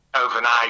overnight